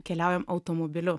keliaujam automobiliu